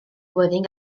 flwyddyn